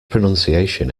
pronunciation